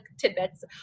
tidbits